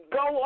go